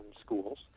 schools